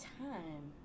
time